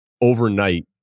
overnight